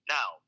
Now